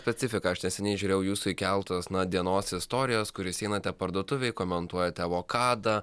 specifiką aš neseniai žiūrėjau jūsų įkeltas na dienos istorijas kur jūs einate parduotuvėj komentuojate avokadą